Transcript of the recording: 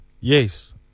Yes